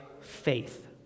faith